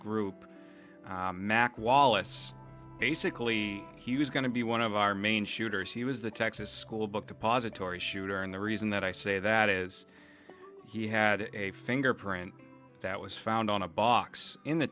group mack wallace basically he was going to be one of our main shooters he was the texas school book depository shooter and the reason that i say that is he had a fingerprint that was found on a box in the